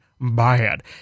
bad